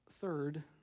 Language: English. Third